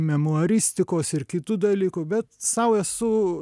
memuaristikos ir kitų dalykų bet sau esu